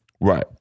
Right